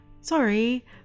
Sorry